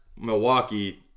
Milwaukee